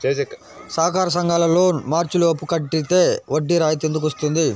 సహకార సంఘాల లోన్ మార్చి లోపు కట్టితే వడ్డీ రాయితీ ఎందుకు ఇస్తుంది?